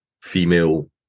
female